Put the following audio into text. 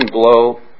blow